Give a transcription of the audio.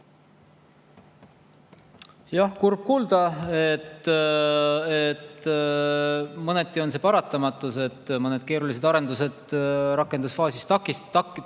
Jah, kurb kuulda. Mõneti on see paratamatus, et mõned keerulised arendused rakendusfaasis tõrguvad.